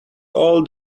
all